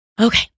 Okay